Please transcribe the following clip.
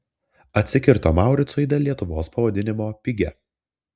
atsikirto mauricui dėl lietuvos pavadinimo pigia